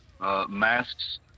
masks